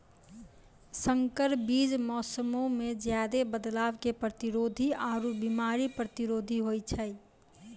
संकर बीज मौसमो मे ज्यादे बदलाव के प्रतिरोधी आरु बिमारी प्रतिरोधी होय छै